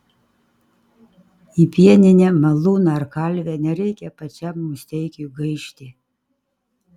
į pieninę malūną ar kalvę nereikia pačiam musteikiui gaišti